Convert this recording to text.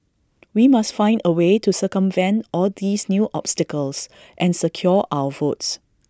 we must find A way to circumvent all these new obstacles and secure our votes